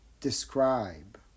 describe